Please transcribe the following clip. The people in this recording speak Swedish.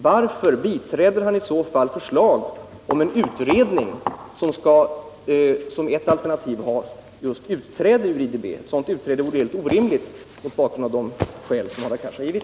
Varför biträder Hadar Cars i så fall förslag om en utredning vilken, som ett alternativ, skall ha just utträde ur IDB? Ett sådant utträde vore helt orimligt mot bakgrund av de skäl som Hadar Cars har givit.